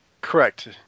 Correct